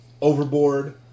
overboard